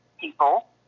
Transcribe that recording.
people